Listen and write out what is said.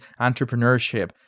entrepreneurship